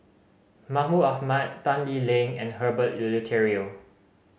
Mahmud Ahmad Tan Lee Leng and Herbert Eleuterio